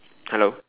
hello